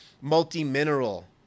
multi-mineral